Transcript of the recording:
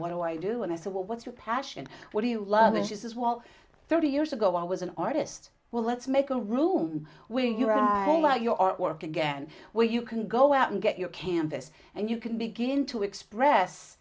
what do i do when i say well what's your passion what do you love and she says well thirty years ago i was an artist well let's make a room when you're on your art work again where you can go out and get your canvas and you can begin to express